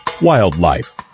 Wildlife